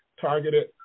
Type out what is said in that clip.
targeted